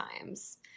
times